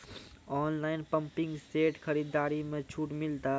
Online pumping set खरीदारी मे छूट मिलता?